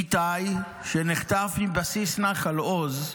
איתי, שנחטף מבסיס נחל עוז,